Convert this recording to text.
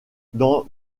dans